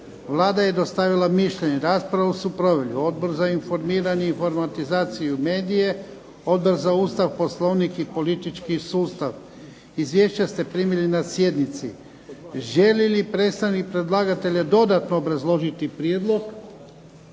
Vlada je dostavila mišljenje. Raspravu su proveli Odbor za informiranje i informatizaciju i medije, Odbor za Ustav, Poslovnik i politički sustav. Izvješća ste primili na sjednici. Želi li predstavnik predlagatelja dodatno obrazložiti prijedlog?